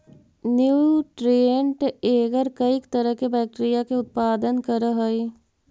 nutrient agar कईक तरह के बैक्टीरिया के उत्पादन करऽ हइ